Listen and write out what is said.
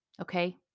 Okay